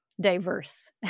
diverse